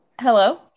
Hello